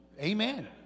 Amen